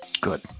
Good